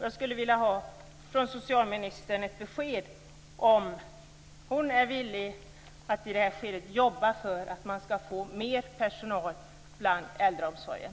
Jag skulle vilja ha ett besked från socialministern om hon är villig att i det här skedet jobba för att det blir mera personal inom äldreomsorgen.